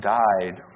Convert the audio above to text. died